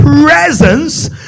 presence